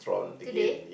today